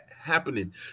happening